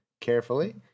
Carefully